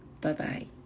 Bye-bye